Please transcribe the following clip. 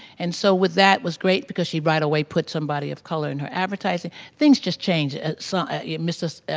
and so with that was great because she right away put somebody of color in her advertising. things just changed some ah. mr.